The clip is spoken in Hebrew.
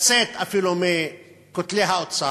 לצאת אפילו מבין כותלי האוצר,